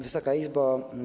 Wysoka Izbo!